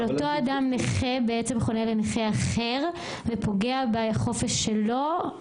אבל אותו אדם נכה בעצם חונה לנכה אחר ופוגע בחופש שלו.